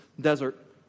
desert